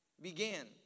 began